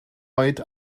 oed